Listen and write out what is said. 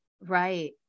Right